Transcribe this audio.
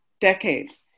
decades